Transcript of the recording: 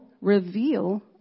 reveal